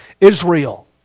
Israel